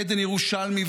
עדן ירושלמי,